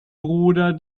bruder